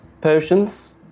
potions